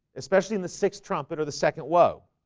especially in the sixth trumpet or the second low